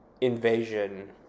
invasion